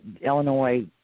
Illinois